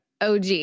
OG